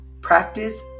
Practice